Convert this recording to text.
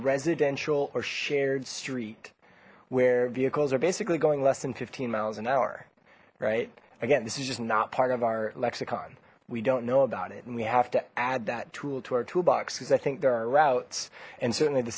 residential or shared street where vehicles are basically going less than fifteen miles an hour right again this is just not part of our lexicon we don't know about it and we have to add that tool to our toolbox because i think there are routes and certainly the